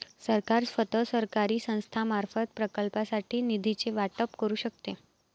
सरकार स्वतः, सरकारी संस्थांमार्फत, प्रकल्पांसाठी निधीचे वाटप करू शकते